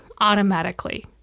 automatically